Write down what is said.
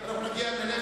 אנחנו נגיע.